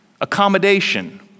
accommodation